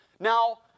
Now